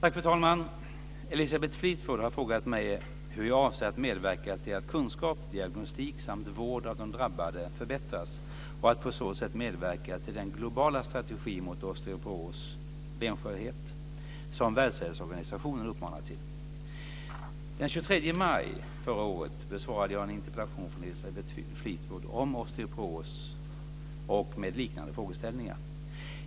Fru talman! Elisabeth Fleetwood har frågat mig hur jag avser att medverka till att kunskap, diagnostik samt vård av de drabbade förbättras och att på så sätt medverka till den globala strategi mot osteoporos, benskörhet, som Världshälsoorganisationen uppmanar till. Den 23 maj förra året besvarade jag en interpellation från Elisabeth Fleetwood om osteoporos med liknande frågeställningar.